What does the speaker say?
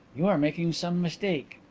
you are making some mistake.